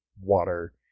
water